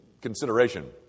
consideration